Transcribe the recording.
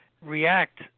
react